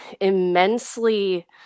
immensely